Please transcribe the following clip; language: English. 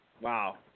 Wow